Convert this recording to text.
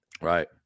Right